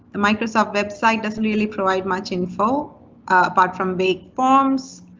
the microsoft website doesn't really provide much info apart from vague forms.